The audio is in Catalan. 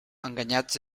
enganyats